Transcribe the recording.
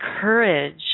courage